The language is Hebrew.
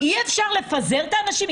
אי אפשר לפזר את האנשים?